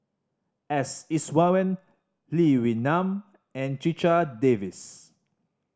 S Iswaran Lee Wee Nam and Checha Davies